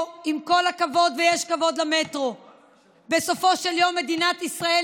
מדוע את פועלת בניגוד לעמדתם של כל גורמי המקצוע,